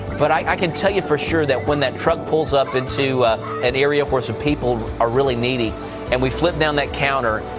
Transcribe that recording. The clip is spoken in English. but i can tell you for sure that when that truck pulls up into an area where some people are really needy and we flip down that counter,